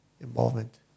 involvement